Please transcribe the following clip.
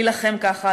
להילחם ככה,